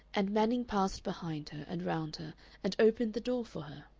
and manning passed behind her and round her and opened the door for her.